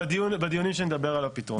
בדיונים כשנדבר על הפתרונות.